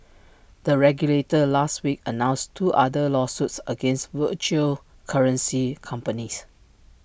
the regulator last week announced two other lawsuits against virtual currency companies